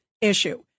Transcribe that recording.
issue